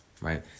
right